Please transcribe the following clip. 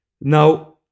Now